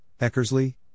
Eckersley